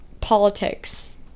politics